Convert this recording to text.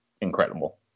incredible